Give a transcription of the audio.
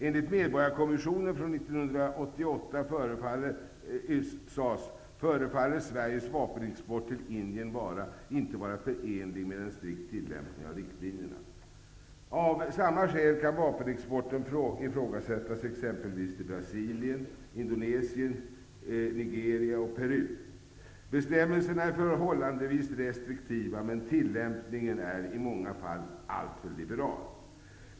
Enligt Medborgarkommissionen från 1988 ''förefaller Sveriges vapenexport till Indien inte vara förenlig med en strikt tillämpning av riktlinjerna''. Av samma skäl kan vapenexporten ifrågasättas exempelvis till Brasilien, Indonesien, Bestämmelserna är förhållandevis restriktiva, men tillämpningen i åtskilliga fall alltför liberal.